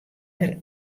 der